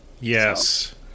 Yes